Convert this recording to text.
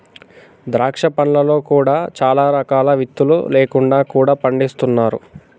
ద్రాక్ష పండ్లలో కూడా చాలా రకాలు విత్తులు లేకుండా కూడా పండిస్తున్నారు